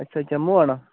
अच्छा जम्मू औना